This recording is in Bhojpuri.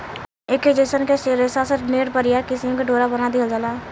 ऐके जयसन के रेशा से नेट, बरियार किसिम के डोरा बना दिहल जाला